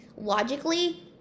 Logically